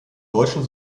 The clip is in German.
deutschen